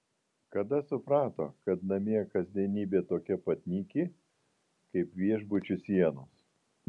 kada suprato kad namie kasdienybė tokia pat nyki kaip viešbučių sienos